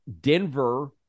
Denver